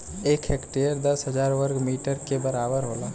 एक हेक्टेयर दस हजार वर्ग मीटर के बराबर होला